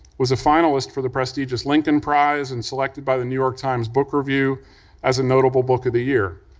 was a finalist for the prestigious lincoln prize and selected by the new york times book review as a notable book of the year.